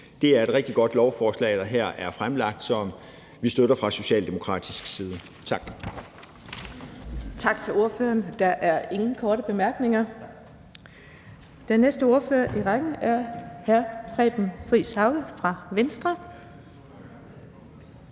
Det er et rigtig godt lovforslag, der her er fremlagt, og som vi støtter fra socialdemokratisk side. Tak.